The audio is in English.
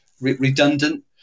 redundant